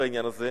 בעניין הזה,